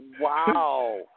Wow